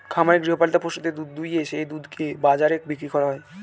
খামারে গৃহপালিত পশুদের দুধ দুইয়ে সেই দুধ বাজারে বিক্রি করা হয়